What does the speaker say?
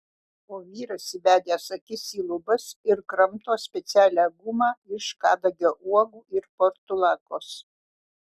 o vyras įbedęs akis į lubas ir kramto specialią gumą iš kadagio uogų ir portulakos